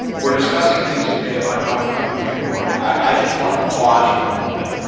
we're discussing things today about talking about who can work. i just want to pause for a moment.